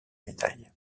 médaille